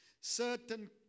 certain